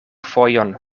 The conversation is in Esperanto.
fojon